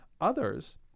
Others